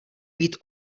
být